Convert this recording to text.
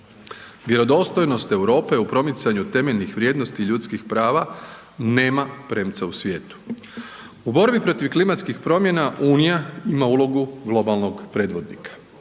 Vjerodostojnost Europe u promicanju temeljnih vrijednosti ljudskih prava nema premca u svijetu. U borbi protiv klimatskih promjena unija ima ulogu globalnog predvodnika.